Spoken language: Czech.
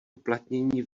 uplatnění